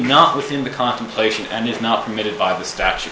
not within the contemplation and is not permitted by the statu